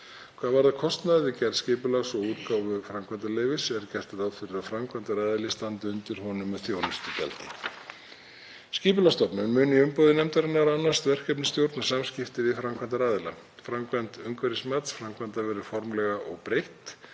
Hvað varðar kostnað við gerð skipulags og útgáfu framkvæmdaleyfis er gert ráð fyrir að framkvæmdaraðili standi undir honum með þjónustugjaldi. Skipulagsstofnun mun, í umboði nefndarinnar, annast verkefnastjórn og samskipti við framkvæmdaraðila. Framkvæmd umhverfismats framkvæmda verður formlega óbreytt